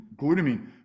glutamine